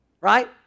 Right